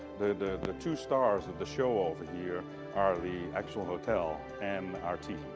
the the two stars of the show over here are the actual hotel and our team.